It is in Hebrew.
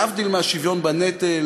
להבדיל מהשוויון בנטל,